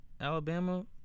Alabama